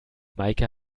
meike